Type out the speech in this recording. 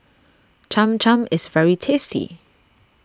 Cham Cham is very tasty